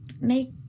make